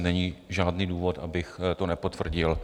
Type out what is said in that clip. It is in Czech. Není žádný důvod, abych to nepotvrdil.